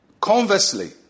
Conversely